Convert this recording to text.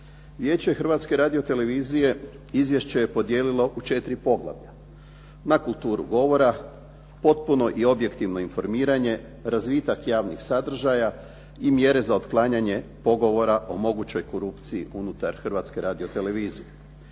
Vijeće Hrvatske radiotelevizije izvješće je podijelilo u četiri poglavlja: na kulturu govora, potpuno i objektivno informiranje, razvitak javnih sadržaja i mjere za otklanjanje pogovora o mogućoj korupciji unutar Hrvatske radiotelevizije.